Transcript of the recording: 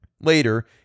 Later